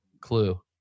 Clue